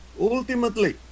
ultimately